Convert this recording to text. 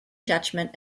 judgement